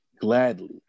gladly